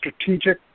Strategic